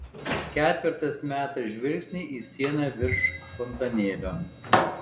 ketvertas meta žvilgsnį į sieną virš fontanėlio